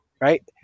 right